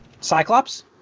cyclops